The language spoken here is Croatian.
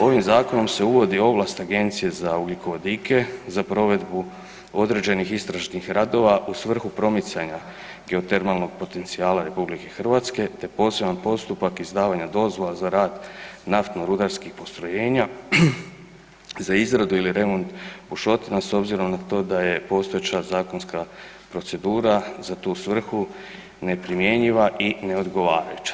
Ovim zakonom se uvodi ovlasti Agencije za ugljikovodike, za provedbu određenih istražnih radova u svrhu promicanja geotermalnog potencijala RH te poseban postupak izdavanja dozvola za rad naftno-rudarskih postrojenja za izradu ili remont bušotina s obzirom na to da je postojeća zakonska procedura za tu svrhu neprimjenjiva i ne odgovarajuća.